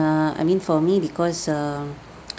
uh I mean for me because err